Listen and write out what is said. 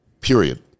Period